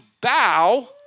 bow